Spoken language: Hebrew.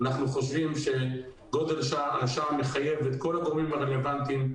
אנחנו חושבים שגודל השעה מחייב את כל הגורמים הרלוונטיים,